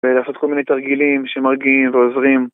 ולעשות כל מיני תרגילים שמרגיעים ועוזרים